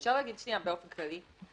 אפשר להגיד שנייה באופן כללי.